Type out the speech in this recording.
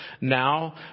Now